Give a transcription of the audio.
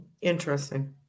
Interesting